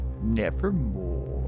nevermore